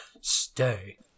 Stay